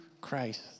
Christ